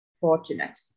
fortunate